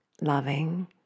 loving